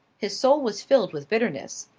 his soul was filled with bitterness.